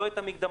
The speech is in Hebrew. לא את המקדמה,